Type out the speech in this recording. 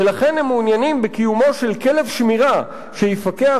ולכן הם מעוניינים בקיומו של כלב שמירה שיפקח